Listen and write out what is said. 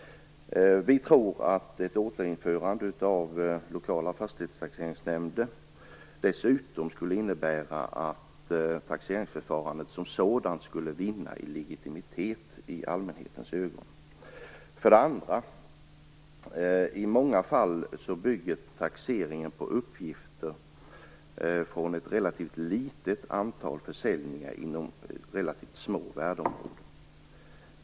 Vi tror att ett återinförande av lokala fastighetstaxeringsnämnder skulle innebära att taxeringsförfarandet som sådant skulle vinna i legitimitet i allmänhetens ögon. För det andra bygger taxeringen i många fall på uppgifter från ett relativt litet antal försäljningar inom relativt små värdeområden.